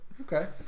Okay